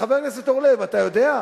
חבר הכנסת אורלב, אתה יודע?